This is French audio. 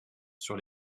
sur